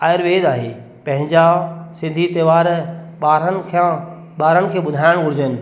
आयुर्वेद आहे पंहिंजा सिंधी त्योहार ॿारनि खां ॿारनि खे ॿुधाइणु घुरिजनि